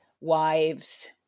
wives